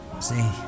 see